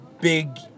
big